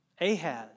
Ahaz